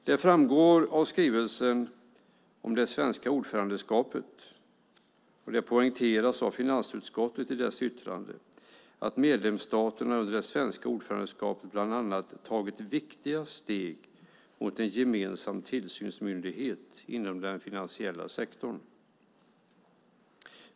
Det framgår av skrivelsen - och poängteras av finansutskottet i dess yttrande - att medlemsstaterna under det svenska ordförandeskapet bland annat tagit viktiga steg mot en gemensam tillsynsmyndighet inom den finansiella sektorn.